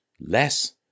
less